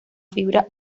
fibra